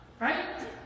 right